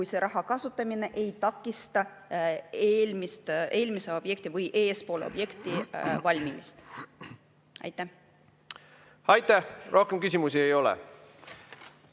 – see raha kasutamine ei takista eelmise objekti või eespool oleva objekti valmimist. Aitäh! Rohkem küsimusi ei ole.